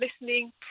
listening